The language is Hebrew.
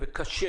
וקשה,